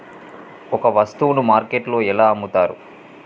ఒక వస్తువును మార్కెట్లో ఎలా అమ్ముతరు?